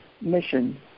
mission